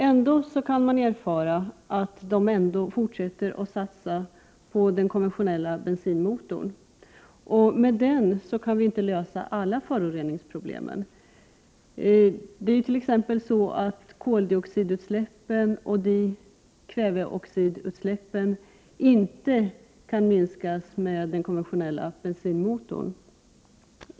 Ändå kan man erfara att de fortsätter att satsa på den konventionella bensinmotorn. Det innebär att vi inte kan lösa alla föroreningsproblemen. Koldioxidutsläppen och dikväveoxidutsläppen kan inte minskas vid en fortsatt användning av den konventionella bensinmotorn.